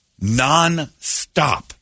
nonstop